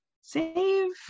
save